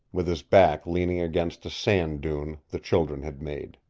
with his back leaning against a sand-dune the children had made.